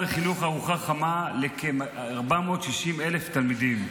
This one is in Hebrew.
החינוך ארוחה חמה לכ-460,000 תלמידים,